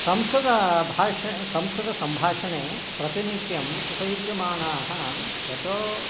संस्कृतभाष् संस्कृतसम्भाषणे प्रतिनित्यम् उपयुज्यमानाः वचो